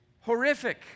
horrific